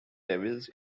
devils